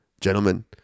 gentlemen